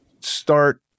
start